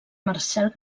marcel